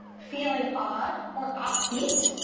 feeling odd or offbeat.